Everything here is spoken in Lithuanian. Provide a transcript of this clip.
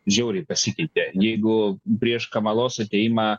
žiauriai pasikeitė jeigu prieš kamalos atėjimą